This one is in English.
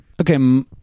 Okay